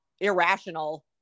irrational